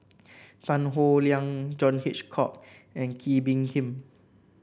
Tan Howe Liang John Hitchcock and Kee Bee Khim